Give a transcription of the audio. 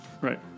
Right